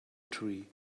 tree